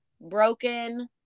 broken